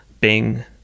Bing